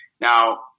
Now